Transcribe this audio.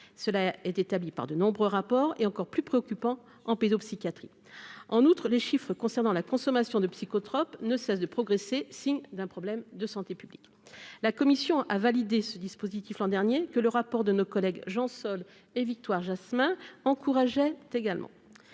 cela est établie par de nombreux rapports et encore plus préoccupant en pédopsychiatrie, en outre, les chiffres concernant la consommation de psychotropes ne cesse de progresser, signe d'un problème de santé publique, la commission a validé ce dispositif l'an dernier que le rapport de nos collègues Jean Jean-Sol et victoire Jasmin encourageait également